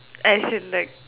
as in like